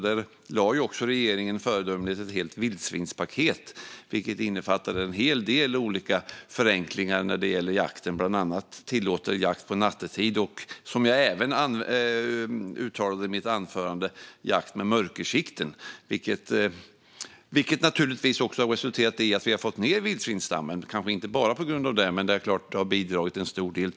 Där lade också regeringen föredömligt fram ett helt vildsvinspaket, vilket innefattade en hel del olika förenklingar för jakten - bland annat att tillåta jakt nattetid och, som jag även nämnde i mitt anförande, jakt med mörkersikte. Detta har också resulterat i att vi har fått ned vildsvinsstammen. Det kanske inte bara är på grund av detta, men det har förstås bidragit till stor del.